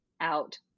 out